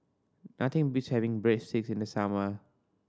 nothing beats having Breadsticks in the summer